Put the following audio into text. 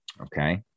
Okay